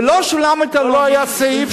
ולא שולמית אלוני,